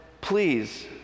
please